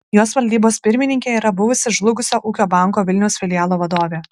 jos valdybos pirmininkė yra buvusi žlugusio ūkio banko vilniaus filialo vadovė